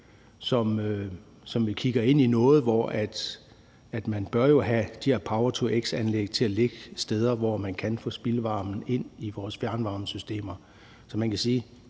så vi kigger ind i noget, hvor man jo bør have de her power-to-x-anlæg til at ligge steder, hvor man kan få spildvarmen ind i vores fjernvarmesystemer. Så man kan sige,